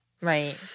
right